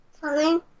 Fine